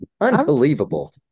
Unbelievable